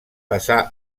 passà